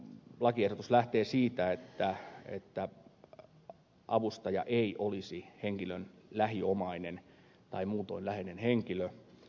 lakiehdotus lähtee siitä että avustaja ei olisi henkilön lähiomainen tai muutoin läheinen henkilö